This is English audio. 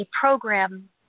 program